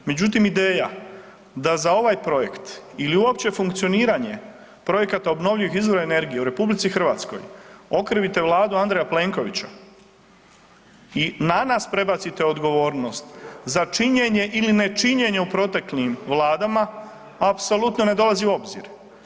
Međutim, ideja da za ovaj projekt ili uopće funkcioniranje projekata obnovljivih izvora energije u RH okrivite Vladu Andreja Plenkovića i na nas prebacite odgovornost za činjenje ili ne činjenje u proteklim vladama, apsolutno ne dolazi u obzir.